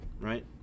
Right